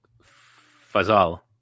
Fazal